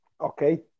okay